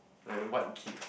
like white kid